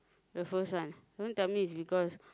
the first one don't tell me is because